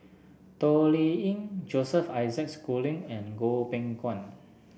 Toh Liying Joseph Isaac Schooling and Goh Beng Kwan